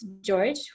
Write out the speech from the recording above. George